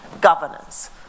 governance